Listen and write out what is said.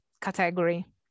category